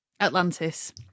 Atlantis